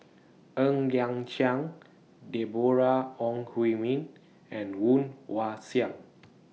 Ng Liang Chiang Deborah Ong Hui Min and Woon Wah Siang